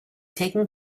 taken